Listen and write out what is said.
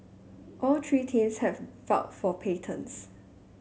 all three teams have filed for patents